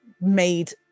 made